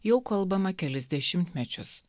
jau kalbama kelis dešimtmečius